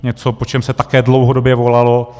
Něco, po čem se také dlouhodobě volalo.